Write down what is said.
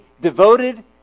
devoted